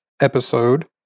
episode